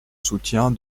soutien